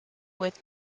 with